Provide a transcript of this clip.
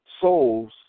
souls